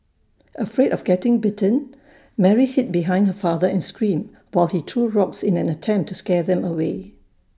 afraid of getting bitten Mary hid behind her father and screamed while he threw rocks in an attempt to scare them away